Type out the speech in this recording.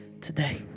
today